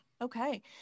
Okay